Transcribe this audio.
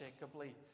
unshakably